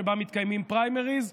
שבה מתקיימים פריימריז,